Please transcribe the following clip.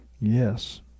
Yes